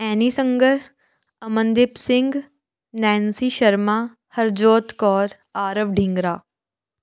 ਐਨੀ Sangar Amandeep Singh Nancy Sharma Harjot Kaur Aarav Dhingra